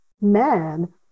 men